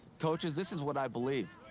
coaches, this is what i believe.